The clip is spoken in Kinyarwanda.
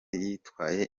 yitwaye